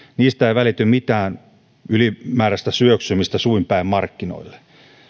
niistä ei välity mitään ylimääräistä syöksymistä suinpäin markkinoille